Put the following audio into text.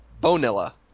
Bonilla